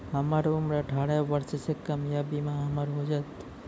हमर उम्र अठारह वर्ष से कम या बीमा हमर हो जायत?